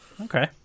Okay